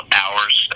hours